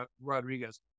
Rodriguez